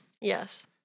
Yes